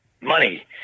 money